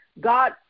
God